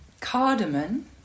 Cardamom